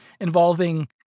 involving